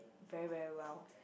very very well